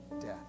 death